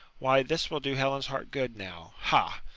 why, this will do helen's heart good now, ha!